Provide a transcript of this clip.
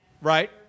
Right